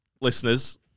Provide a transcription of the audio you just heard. listeners